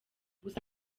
gusa